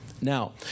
Now